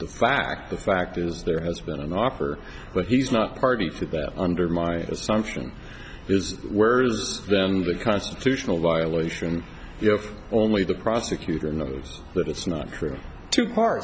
the fact the fact is there has been an awkward but he's not party to that under my assumption is worse than the constitutional violation if only the prosecutor knows that it's not cruel to par